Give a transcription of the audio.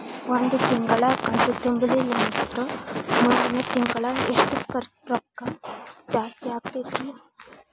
ಒಂದು ತಿಂಗಳಾ ಕಂತು ತುಂಬಲಿಲ್ಲಂದ್ರ ಮುಂದಿನ ತಿಂಗಳಾ ಎಷ್ಟ ರೊಕ್ಕ ಜಾಸ್ತಿ ಆಗತೈತ್ರಿ?